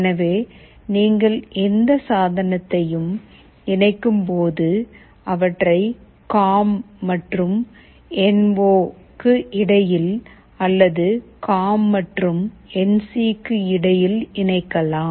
எனவே நீங்கள் எந்த சாதனத்தையும் இணைக்கும்போது அவற்றை காம் மற்றும் என் ஒ க்கு இடையில் அல்லது காம் மற்றும் என் சிக்கு இடையில் இணைக்கலாம்